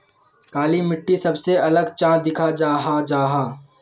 काली मिट्टी सबसे अलग चाँ दिखा जाहा जाहा?